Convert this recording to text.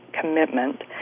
Commitment